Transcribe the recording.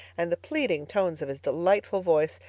and the pleading tones of his delightful voice,